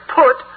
put